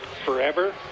forever